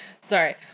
Sorry